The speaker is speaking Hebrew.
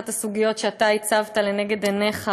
אחת הסוגיות שהצבת לנגד עיניך,